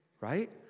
Right